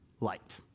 light